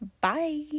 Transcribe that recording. Bye